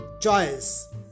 choice